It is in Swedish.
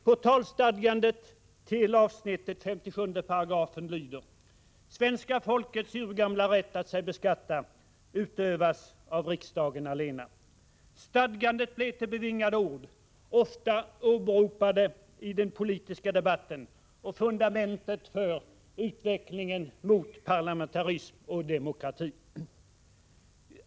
Portalstadgandet till avsnittet, 57 §, lyder: ”Svenska folkets urgamla rätt att sig beskatta utövas av riksdagen allena.” Stadgandet blev till bevingade ord, ofta åberopade i den politiska debatten, och fundamentet för utvecklingen mot parlamentarism och demokrati.